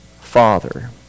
father